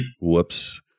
Whoops